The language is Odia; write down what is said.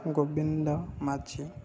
ଗୋବିନ୍ଦ ମାଝୀ